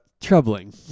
Troubling